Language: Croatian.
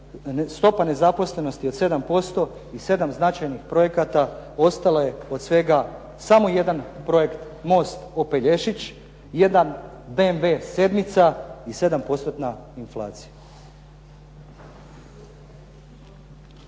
stopa nezaposlenosti od 7% i 7 značajnih projekata ostalo je od svega samo jedan projekt most "opelješić", jedan BMW sedmica i 7%-tna inflacija.